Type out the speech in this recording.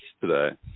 today